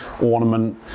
ornament